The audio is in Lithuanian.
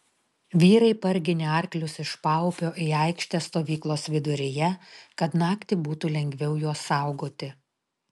vyrai parginė arklius iš paupio į aikštę stovyklos viduryje kad naktį būtų lengviau juos saugoti